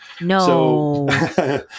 no